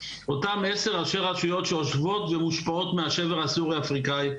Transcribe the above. אותם עשר ראשי רשויות שיושבות ומושפעות מהשבר הסורי-אפריקאי,